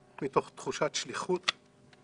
מתוך תחושת שליחות.